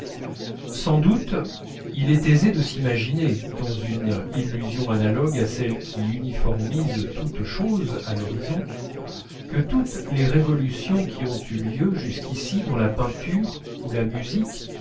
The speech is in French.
sans doute il est aisé de s'imaginer dans une illusion analogue à celle qui uniformise toutes choses à l'horizon que toutes les révolutions qui ont eu lieu jusqu'ici dans la peinture ou la musique